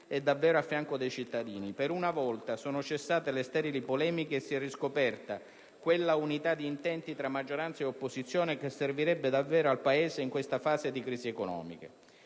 e davvero a fianco dei cittadini. Per una volta sono cessate le sterili polemiche e si è riscoperta quella unità di intenti tra maggioranza e opposizione che servirebbe davvero al Paese in questa fase di crisi economica.